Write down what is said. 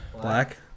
Black